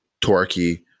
torquey